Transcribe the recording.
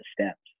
steps